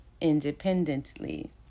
Independently